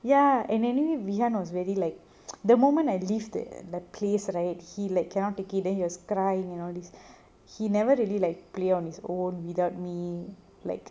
ya and anyway we ah was very like the moment I leave the place right he like cannot take it then he was crying and all this he never really like play on his own without me like